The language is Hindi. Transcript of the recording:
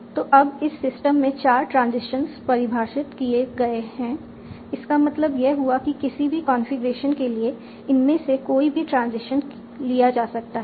तो अब इस सिस्टम में चार ट्रांजिशंस परिभाषित किए गए हैं इसका मतलब यह हुआ कि किसी भी कंफीग्रेशन के लिए इनमें से कोई भी ट्रांजिशन लिया जा सकता है